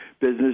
business